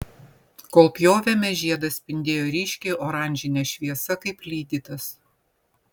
kol pjovėme žiedas spindėjo ryškiai oranžine šviesa kaip lydytas